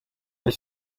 ally